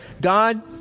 God